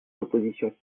l’opposition